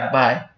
bye